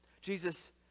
Jesus